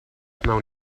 wnawn